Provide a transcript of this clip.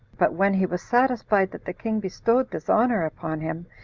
but when he was satisfied that the king bestowed this honor upon him,